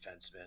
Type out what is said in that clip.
defenseman